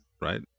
right